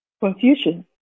Confucian